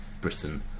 Britain